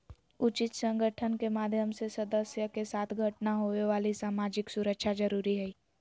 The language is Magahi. उचित संगठन के माध्यम से सदस्य के साथ घटना होवे वाली सामाजिक सुरक्षा जरुरी हइ